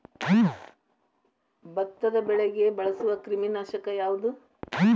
ಭತ್ತದ ಬೆಳೆಗೆ ಬಳಸುವ ಕ್ರಿಮಿ ನಾಶಕ ಯಾವುದು?